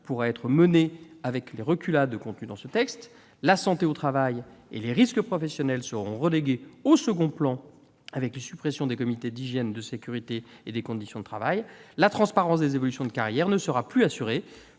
pourra être mené avec les reculades que comporte ce texte. La santé au travail et les risques professionnels seront relégués au second plan avec la suppression des comités d'hygiène, de sécurité et des conditions de travail. La transparence des évolutions de carrière ne sera plus assurée,